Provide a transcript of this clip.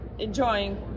Enjoying